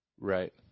right